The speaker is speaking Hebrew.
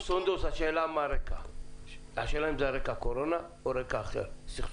השאלה אם זה על רקע הקורונה או על רקע אחר.